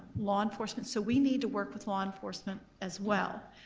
law enforcement, so we need to work with law enforcement as well.